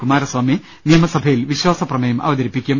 കുമാരസ്വാമി നിയമസഭയിൽ വിശ്വാ സപ്രമേയം അവതരിപ്പിക്കും